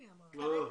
היא אמרה 50. לא.